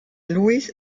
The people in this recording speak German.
louis